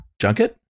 Junket